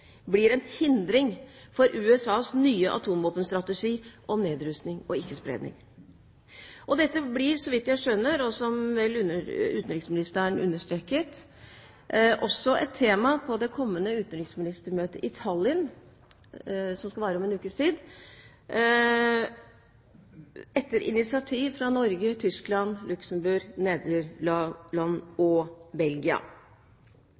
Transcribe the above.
blir en hindring for USAs nye atomvåpenstrategi om nedrustning og ikke-spredning. Dette blir, så vidt jeg skjønner – og som vel utenriksministeren understreket – også et tema på det kommende utenriksministermøtet i Tallinn som skal være om en ukes tid, etter initiativ fra Norge, Tyskland,